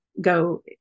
go